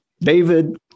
David